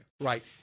Right